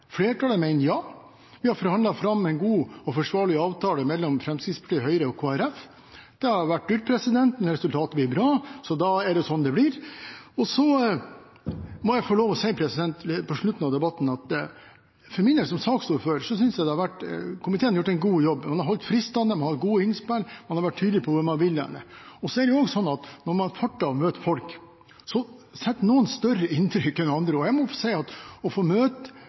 Flertallet mener ja. Det er forhandlet fram en god og forsvarlig avtale mellom Fremskrittspartiet, Høyre og Kristelig Folkeparti. Det har vært dyrt, men resultatet blir bra. Så da er det sånn det blir. Jeg må på slutten av debatten få lov til å si at for min del, som saksordfører, synes jeg komiteen har gjort en god jobb. De har holdt fristene, de har hatt gode innspill, man har vært tydelig på hvor man vil hen. Så er det også sånn at når man farter rundt og møter folk, gjør noen større inntrykk enn andre. Jeg må få si at å få